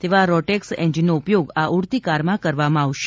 તેવાં રોટેક્ષ એન્જીનનો ઉપયોગ આ ઉડતી કારમાં કરવામાં આવશે